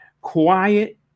quiet